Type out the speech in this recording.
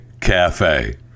cafe